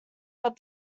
but